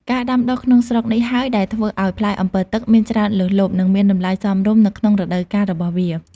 ការដាំដុះក្នុងស្រុកនេះហើយ ដែលធ្វើឱ្យផ្លែអម្ពិលទឹកមានច្រើនលើសលប់ និងមានតម្លៃសមរម្យនៅក្នុងរដូវកាលរបស់វា។